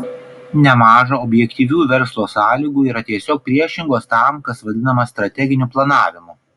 nemaža objektyvių verslo sąlygų yra tiesiog priešingos tam kas vadinama strateginiu planavimu